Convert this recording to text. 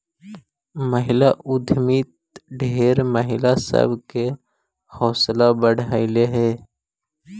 महिला उद्यमिता ढेर महिला सब के हौसला बढ़यलई हे